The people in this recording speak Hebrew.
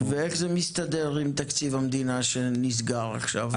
--- ואיך זה מסתדר עם תקציב המדינה שנסגר עכשיו?